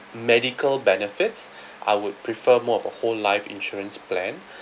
medical benefits I would prefer more of a whole life insurance plan